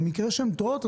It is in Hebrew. במקרה שהן טועות,